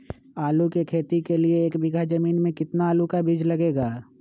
आलू की खेती के लिए एक बीघा जमीन में कितना आलू का बीज लगेगा?